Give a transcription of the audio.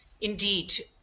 Indeed